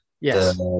Yes